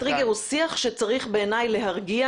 הטריגר הוא שיח שבעיני צריך להרגיע